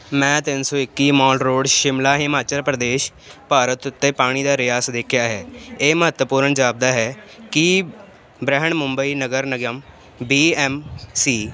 ਮੈਂ ਤਿੰਨ ਸੌ ਇੱਕੀ ਮੋਲ ਰੋਡ ਸ਼ਿਮਲਾ ਹਿਮਾਚਲ ਪ੍ਰਦੇਸ਼ ਭਾਰਤ ਉੱਤੇ ਪਾਣੀ ਦਾ ਰਿਸਾਅ ਦੇਖਿਆ ਹੈ ਇਹ ਮਹੱਤਵਪੂਰਨ ਜਾਪਦਾ ਹੈ ਕੀ ਬਰੈਹਣ ਮੁੰਬਈ ਨਗਰ ਨਿਗਮ ਬੀ ਐੱਮ ਸੀ